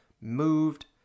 moved